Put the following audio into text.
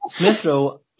Smithrow